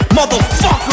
motherfucker